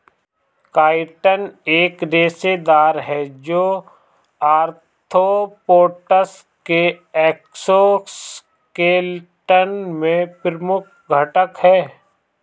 chitin एक रेशेदार है, जो आर्थ्रोपोड्स के एक्सोस्केलेटन में प्रमुख घटक है